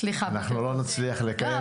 סליחה --- אנחנו לא נצליח לקיים דיון,